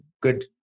good